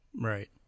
Right